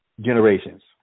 generations